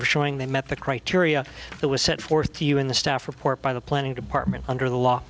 of showing they met the criteria that was set forth in the staff report by the planning department under the law